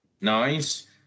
Nice